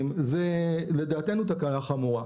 זה לדעתנו תקלה חמורה.